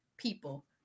People